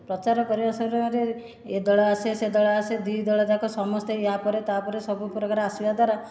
ପ୍ରଚାର କରିବା ସମୟରେ ଏ ଦଳ ଆସେ ସେ ଦଳ ଆସେ ଦୁଇ ଦଳ ଯାକ ସମସ୍ତେ ୟାପରେ ତା'ପରେ ସବୁ ପ୍ରକାର ଆସିବା ଦ୍ୱାରା